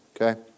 Okay